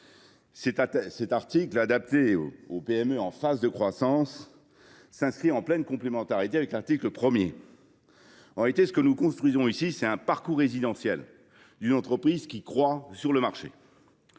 Cet article, adapté aux PME en phase de croissance, s’inscrit en pleine complémentarité avec l’article 1. Ce que nous construisons avec ce texte, c’est le parcours résidentiel d’une entreprise qui croît sur le marché.